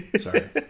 Sorry